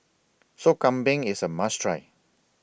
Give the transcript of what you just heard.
Sop Kambing IS A must Try